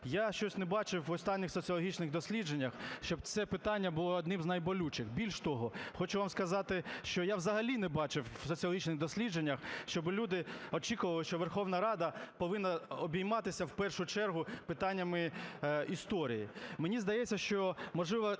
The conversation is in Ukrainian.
Я щось не бачив в останніх соціологічних дослідженнях, щоб це питання було одним з найболючіших. Більш того, хочу вам сказати, що я взагалі не бачив в соціологічних дослідженнях, щоби люди очікували, що Верховна Рада повинна обійматися в першу чергу питаннями історії. Мені здається, що, можливо,